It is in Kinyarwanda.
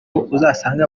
usange